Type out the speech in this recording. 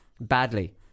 badly